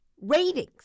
ratings